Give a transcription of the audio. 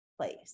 place